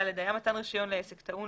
היה מתן רישיון לעסק טעון,